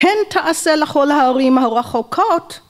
‫הן תעשה לכל הערים הרחוקות.